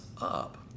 up